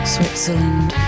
Switzerland